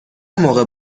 موقع